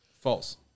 False